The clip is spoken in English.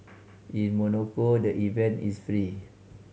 in Monaco the event is free